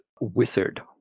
Wizard